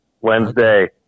Wednesday